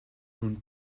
nun